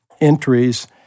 entries